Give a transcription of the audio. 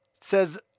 says